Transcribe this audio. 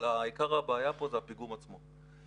אבל עיקר הבעיה פה זה הפיגום עצמו.